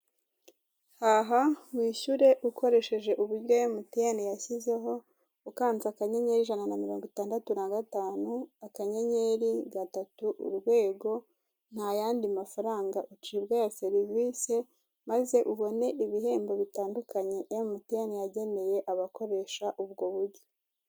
Haha, wishyure ukoresheje uburyo emutiyene yashyizeho, ukanze akanyenyeri, ijana na mirongo itandatu na gatatu, akanyenyeri, gatatu, urwego, nta yandi mafaranga ucibwa ya serivise, maze ubone ibihembo bitandukanye emutiyene yageneye abakoresha ubwo buryo.